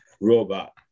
robot